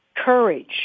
courage